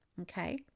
okay